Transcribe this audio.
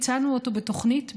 הצענו אותו בתוכנית,